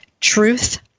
truth